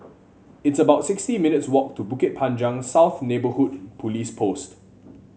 it's about sixty minutes' walk to Bukit Panjang South Neighbourhood Police Post